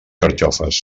carxofes